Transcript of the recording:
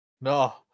No